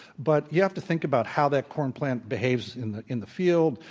but you have to think about how that corn plant behaves in the in the field,